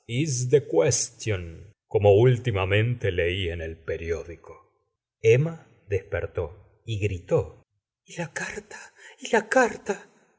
como últimamente lei en el periódico emma despertó y gritó y la carta y la carta